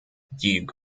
duke